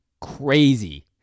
Crazy